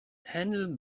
handle